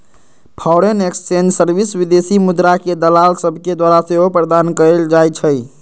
foreign exchange service विदेशी मुद्राके दलाल सभके द्वारा सेहो प्रदान कएल जाइ छइ